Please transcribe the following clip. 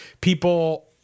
people